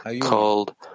called